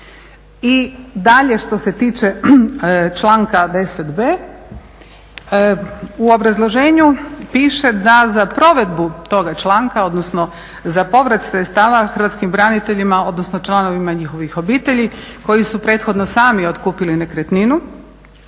I dalje što se tiče članka 10.b u obrazloženju piše da za provedbu toga članka, odnosno za povrat sredstava hrvatskim braniteljima, odnosno članovima njihovih obitelji koji su prethodno sami otkupili nekretninu